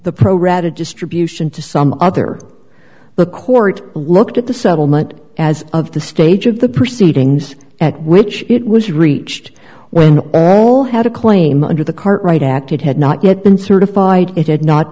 the pro rata distribution to some other the court looked at the settlement as of the stage of the proceedings at which it was reached when they all had a claim under the cart right act it had not yet been certified it had not